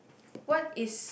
what is